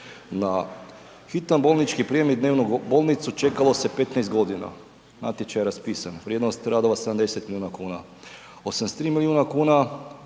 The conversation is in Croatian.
Na hitan bolnički prijem i dnevnu bolnicu čekalo se 15 godina, natječaj je raspisan, vrijednost radova 70 milijuna kuna. 83 milijuna kuna